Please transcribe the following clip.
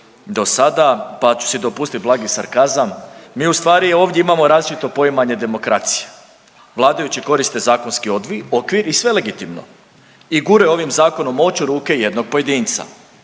dosada pa ću si dopustiti blagi sarkazam, mi u stvari ovdje imamo različito poimanje demokracije. Vladajući koriste zakonski okvir i sve legitimno i guraju ovim zakonom moć u ruke jednog pojedinca.